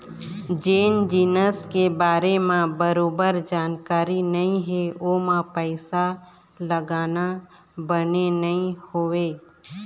जेन जिनिस के बारे म बरोबर जानकारी नइ हे ओमा पइसा लगाना बने नइ होवय